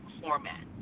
format